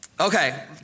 Okay